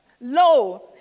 Lo